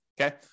okay